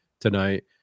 tonight